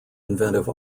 inventive